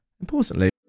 importantly